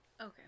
Okay